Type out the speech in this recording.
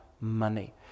money